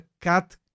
cut